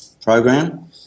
program